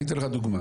אני אתן לך דוגמה.